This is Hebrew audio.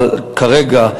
אבל כרגע,